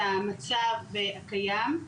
הקיים,